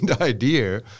idea